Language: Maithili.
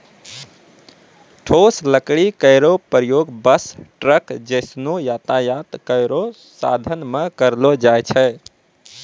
ठोस लकड़ी केरो प्रयोग बस, ट्रक जैसनो यातायात केरो साधन म करलो जाय छै